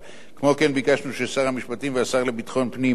ביקשנו ששר המשפטים והשר לביטחון פנים ידווחו